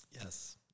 Yes